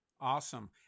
Awesome